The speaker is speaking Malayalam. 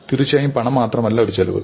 തീർച്ചയായും പണം മാത്രമല്ല ഒരു ചെലവ്